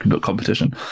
competition